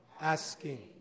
asking